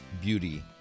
beauty